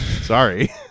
sorry